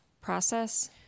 process